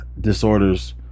disorders